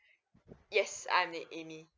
yes I'm uh amy